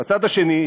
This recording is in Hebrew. בצד השני,